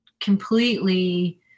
completely